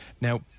Now